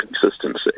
consistency